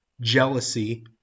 jealousy